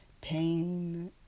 Pain